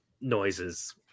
noises